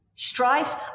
Strife